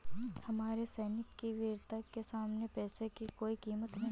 हमारे सैनिक की वीरता के सामने पैसे की कोई कीमत नही है